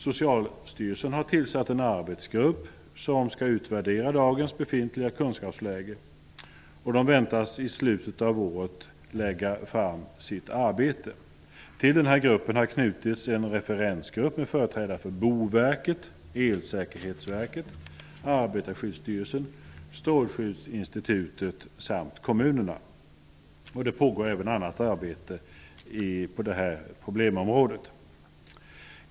Socialstyrelsen har tillsatt en arbetsgrupp som skall utvärdera dagens befintliga kunskapsläge. De väntas i slutet av året lägga fram sitt arbete. Till den här gruppen har knutits en referensgrupp med företrädare för Boverket, Strålskyddsinstitutet samt kommunerna. Det pågår även annat arbete på det här problemområdet.